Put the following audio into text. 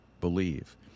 believe